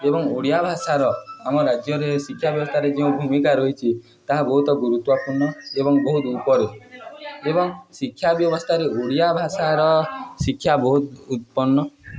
ଏବଂ ଓଡ଼ିଆ ଭାଷାର ଆମ ରାଜ୍ୟରେ ଶିକ୍ଷା ବ୍ୟବସ୍ଥାରେ ଯେଉଁ ଭୂମିକା ରହିଛି ତାହା ବହୁତ ଗୁରୁତ୍ୱପୂର୍ଣ୍ଣ ଏବଂ ବହୁତ ଉପରେ ଏବଂ ଶିକ୍ଷା ବ୍ୟବସ୍ଥାରେ ଓଡ଼ିଆ ଭାଷାର ଶିକ୍ଷା ବହୁତ ଉତ୍ପନ୍ନ